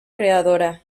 creadora